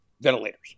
ventilators